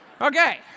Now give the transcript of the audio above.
Okay